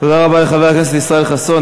תודה רבה לחבר הכנסת ישראל חסון.